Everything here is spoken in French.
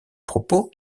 propos